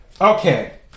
Okay